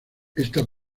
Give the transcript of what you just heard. esta